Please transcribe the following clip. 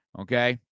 okay